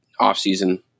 offseason